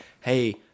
hey